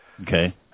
Okay